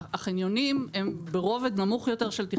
החניונים הם ברובד נמוך יותר של תכנון.